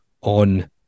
on